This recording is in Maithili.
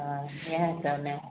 अऽ इएह सब ने